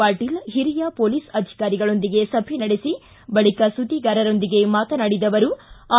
ಪಾಟೀಲ್ ಹಿರಿಯ ಪೊಲೀಸ್ ಅಧಿಕಾರಿಗಳೊಂದಿಗೆ ಸಭೆ ನಡೆಸಿ ಬಳಕ ಸುದ್ದಿಗಾರರೊಂದಿಗೆ ಮಾತನಾಡಿದ ಅವರು ಐ